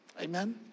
Amen